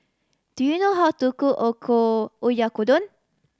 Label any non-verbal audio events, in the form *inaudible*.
do you know how to cook *unintelligible* Oyakodon